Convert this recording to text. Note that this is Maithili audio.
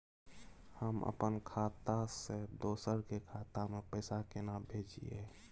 हम अपन खाता से दोसर के खाता में पैसा केना भेजिए?